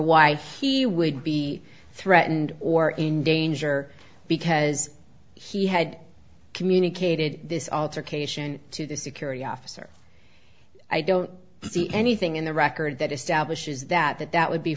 wife he would be threatened or in danger because he had communicated this altercation to the security officer i don't see anything in the record that establishes that that that would be